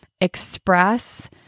express